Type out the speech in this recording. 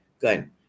good